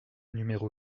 numéro